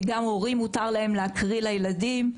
גם הורים מותר להם להקריא לילדים.